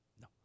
No